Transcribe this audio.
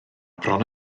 bron